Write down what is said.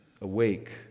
Awake